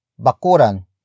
Bakuran